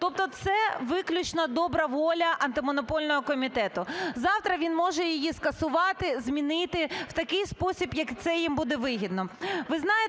Тобто це – виключно добра воля Антимонопольного комітету, завтра він може її скасувати, змінити в такий спосіб, як це їм буде вигідно.